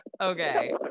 Okay